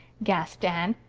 gasped anne.